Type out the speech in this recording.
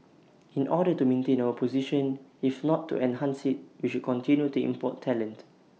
in order to maintain our position if not to enhance IT we should continue to import talent